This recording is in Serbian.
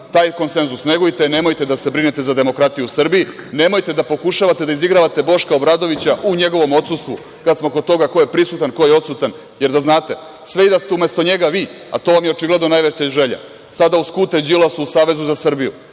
taj konsenzus negujte, nemojte da se brinete za demokratiju u Srbiji, nemojte da pokušavate da izigravate Boška Obradovića u njegovom odsustvu, kada smo kod toga ko je prisutan, ko je odsutan, jer da znate sve i da ste umesto njega vi, a to vam je očigledno najveća želja, sada uz skute Đilasu u Savezu za Srbiju,